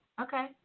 okay